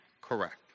correct